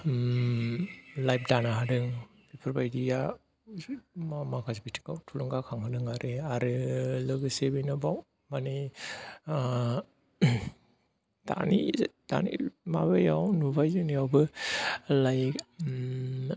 life दानो हादों बेफोरबायदिआ माखासे बिथिङाव थुलुंगाखांहोदोंआरो आरो लोगोसे बेनोबाव माने दानि दानि माबायाव नुबाय जोंनियावबो लाइक